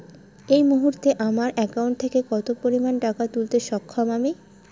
এই মুহূর্তে আমার একাউন্ট থেকে কত পরিমান টাকা তুলতে সক্ষম আমি?